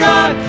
God